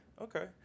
okay